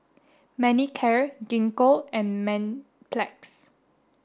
Manicare Gingko and Mepilex